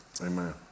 Amen